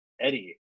Eddie